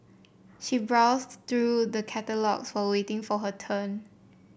she browsed through the catalogues while waiting for her turn